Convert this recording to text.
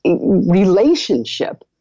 relationship